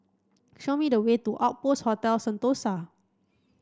show me the way to Outpost Hotel Sentosa